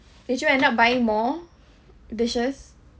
did you end up buying more dishes